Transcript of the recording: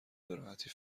بهراحتی